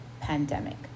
pandemic